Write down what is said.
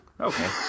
Okay